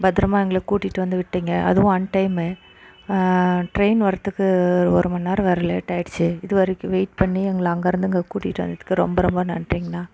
பத்தரமாக எங்களை கூட்டிகிட்டு வந்து விட்டீங்கள் அதுவும் அன்டைமு ட்ரைன் வரத்துக்கு ஒரு மணிநேரம் வேற லேட் ஆயிடுச்சு இதுவரைக்கும் வெயிட் பண்ணி எங்களை அங்கேருந்து இங்கே கூட்டிட்டு வந்ததுக்கு ரொம்ப ரொம்ப நன்றீங்கணா